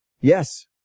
Yes